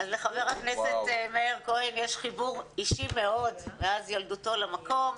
אז לחבר הכנסת מאיר כהן יש חיבור אישי מאוד מאז ילדותו למקום.